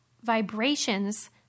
vibrations